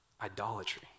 idolatry